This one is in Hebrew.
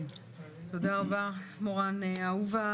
תודה רבה מורן, אהובה